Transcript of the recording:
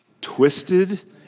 twisted